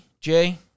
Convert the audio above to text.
Jay